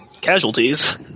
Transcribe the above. casualties